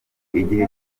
igihe